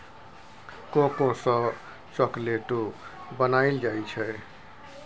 cocoa सँ चाकलेटो बनाइल जाइ छै